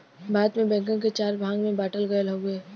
भारत में बैंकन के चार भाग में बांटल गयल हउवे